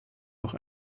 noch